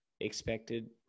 expected